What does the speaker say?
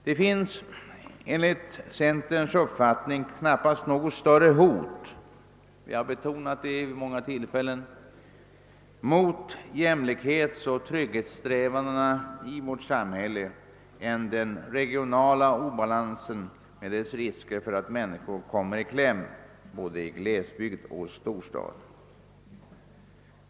Det finns enligt centerns uppfattning knappast något större hot — såsom vi betonat vid många tillfällen — mot jämlikhetsoch trygghetssträvandena i vårt samhälle än den regionala obalansen med dess risker för att människor kommer i kläm både i glesbygden och i storstad.